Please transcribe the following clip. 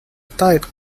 tide